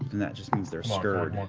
that just means they're scared.